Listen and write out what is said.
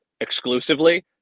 exclusively